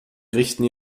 richten